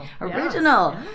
original